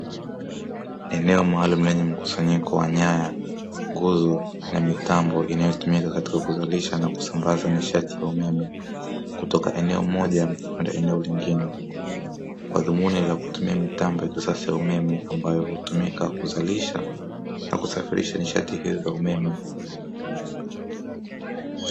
Eneo maalumu lenye mkusanyiko wa nyaya, nguzo na mitambo inayotumika katika kuzalisha na kusambaza nishati ya umeme kutoka eneo moja na kwenda eneo lingine, kwa dhumuni la kutumia mitambo ya kisasa ya umeme ambayo hutumika kuzalisha na kusafirisha nishati hiyo ya umeme.